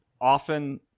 often